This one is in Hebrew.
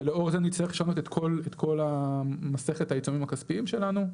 ולאור זה נצטרך לשנות את כל מסכת העיצומים הכספיים שלנו.